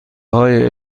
های